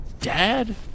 dad